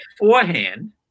beforehand